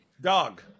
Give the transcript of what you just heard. Dog